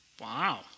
Wow